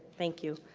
thank you.